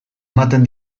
ematen